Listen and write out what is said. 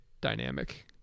dynamic